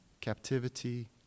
captivity